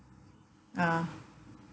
ah